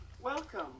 Welcome